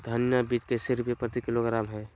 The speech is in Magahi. धनिया बीज कैसे रुपए प्रति किलोग्राम है?